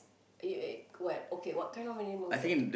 if if what okay what kind of animals that